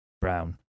Brown